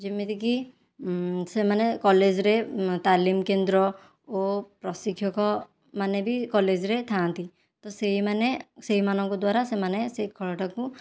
ଯେମିତି କି ସେମାନେ କଲେଜରେ ତାଲିମ କେନ୍ଦ୍ର ଓ ପ୍ରଶିକ୍ଷକମାନେ ବି କଲେଜରେ ଥାଆନ୍ତି ତ ସେହିମାନେ ସେହିମାନଙ୍କ ଦ୍ୱାରା ସେମାନେ ସେ ଖେଳଟାକୁ